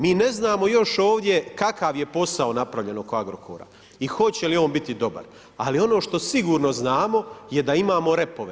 Mi ne znamo još ovdje kakav je posao napravljen oko Agrokora i hoće li on biti dobar, ali ono što sigurno znamo je da imamo repove.